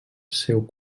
seu